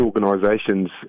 organisations